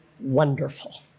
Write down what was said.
wonderful